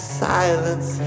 silence